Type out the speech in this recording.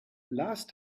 last